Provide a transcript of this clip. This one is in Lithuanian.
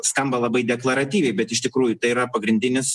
skamba labai deklaratyviai bet iš tikrųjų tai yra pagrindinis